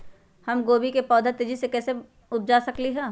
हम गोभी के पौधा तेजी से कैसे उपजा सकली ह?